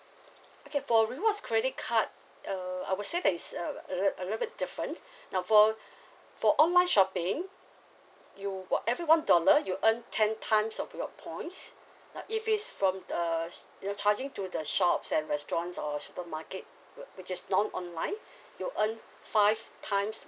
okay for rewards credit card uh I would say that is uh a little a little bit different now for for online shopping you one every one dollar you earn ten times of reward points now if it's from the they're charging to the shops and restaurants or supermarket which which is non online you earn five times